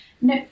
no